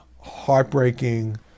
heartbreaking